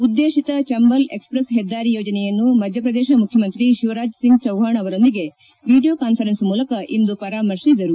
ಉದ್ದೇಶಿತ ಚಂಬಲ್ ಎಕ್ಸೆಪ್ರೆಸ್ ಹೆದ್ದಾರಿ ಯೋಜನೆಯನ್ನು ಮಧ್ಯಪ್ರದೇಶ ಮುಖ್ಯಮಂತ್ರಿ ಶಿವರಾಜ್ಸಿಂಗ್ ಚೌವ್ವಾಣ್ ಅವರೊಂದಿಗೆ ವಿಡಿಯೋ ಕಾನ್ಸರನ್ಸ್ ಮೂಲಕ ಇಂದು ಪರಾಮರ್ಶಿಸಿದರು